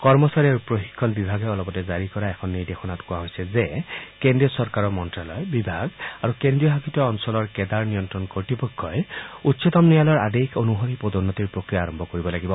কৰ্মচাৰী আৰু প্ৰশিক্ষণ বিভাগে অলপতে জাৰি কৰা এখন নিৰ্দেশনাত কোৱা হৈছে যে কেন্দ্ৰীয় চৰকাৰৰ মন্ত্ৰ্যালয় বিভাগ আৰু কেন্দ্ৰীয়শাসিত অঞ্চলৰ কেডাৰ নিয়ন্ত্ৰিত কৰ্তৃপক্ষই উচ্চতম ন্যায়ালয়ৰ আদেশ অনুসৰি পদোন্নতিৰ প্ৰক্ৰিয়া আৰম্ভ কৰিব লাগিব